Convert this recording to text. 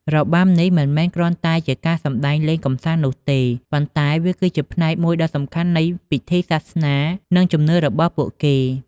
របាំនេះមិនមែនគ្រាន់តែជាការសម្តែងលេងកម្សាន្តនោះទេ ប៉ុន្តែវាគឺជាផ្នែកមួយដ៏សំខាន់នៃ ពិធីសាសនា និងជំនឿ របស់ពួកគេ។